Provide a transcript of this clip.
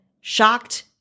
shocked